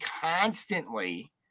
constantly